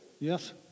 Yes